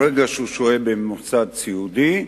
ברגע שהוא שוהה במוסד סיעודי,